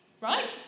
right